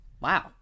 Wow